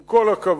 עם כל הכבוד,